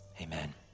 Amen